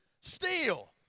steal